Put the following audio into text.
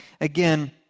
again